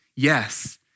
Yes